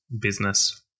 business